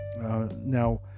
now